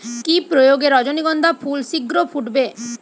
কি প্রয়োগে রজনীগন্ধা ফুল শিঘ্র ফুটবে?